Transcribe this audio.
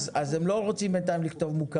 אז הם לא רוצים בינתיים לכתוב "מוכרות".